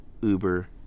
Uber